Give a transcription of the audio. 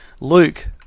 Luke